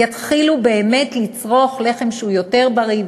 יתחילו באמת לצרוך לחם שהוא יותר בריא,